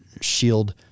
shield